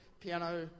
piano